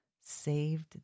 saved